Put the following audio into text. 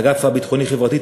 האגף הביטחוני-חברתי,